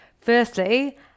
firstly